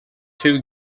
two